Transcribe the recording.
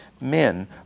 men